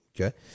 Okay